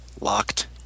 locked